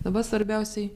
daba svarbiausiai